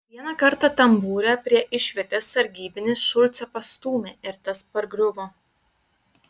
vieną kartą tambūre prie išvietės sargybinis šulcą pastūmė ir tas pargriuvo